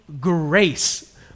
grace